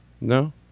No